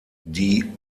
die